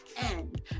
end